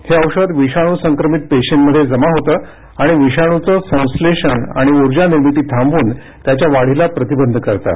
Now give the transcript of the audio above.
हे औषध विषाणू संक्रमित पेशींमध्ये जमा होतं आणि विषाणूचं संश्लेषण आणि उर्जा निर्मिती थांबवून त्याच्या वाढीला प्रतिबंध करतं